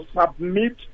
submit